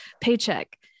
paycheck